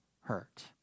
hurt